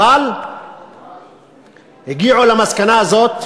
אבל הגיעו למסקנה הזאת,